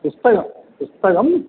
पुस्तकं पुस्तकं